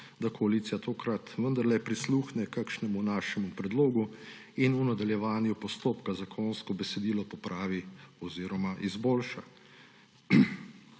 da koalicija tokrat vendarle prisluhne kakšnemu našemu predlogu in v nadaljevanju postopka zakonsko besedilo popravi oziroma izboljša.